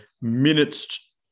minutes